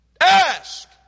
Ask